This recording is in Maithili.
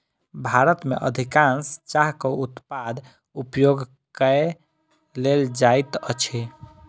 भारत में अधिकाँश चाहक उत्पाद उपयोग कय लेल जाइत अछि